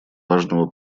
важного